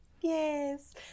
Yes